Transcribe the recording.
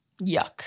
Yuck